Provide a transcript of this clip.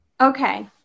Okay